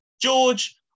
George